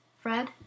fred